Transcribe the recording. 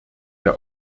der